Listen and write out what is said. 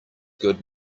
good